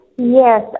Yes